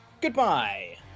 Goodbye